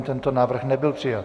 Tento návrh nebyl přijat.